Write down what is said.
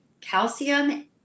calcium